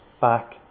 back